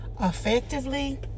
effectively